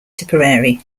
tipperary